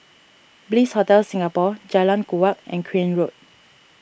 Bliss Hotel Singapore Jalan Kuak and Crane Road